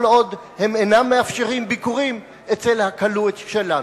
כל עוד הם אינם מאפשרים ביקורים אצל הכלוא שלנו.